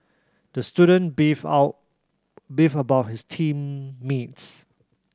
the student beefed out beefed about his team mates